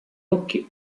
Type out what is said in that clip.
occhi